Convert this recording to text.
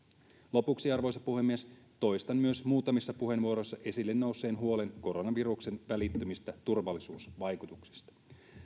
lopuksi arvoisa puhemies toistan myös muutamissa puheenvuoroissa esille nousseen huolen koronaviruksen välittömistä turvallisuusvaikutuksista